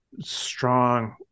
strong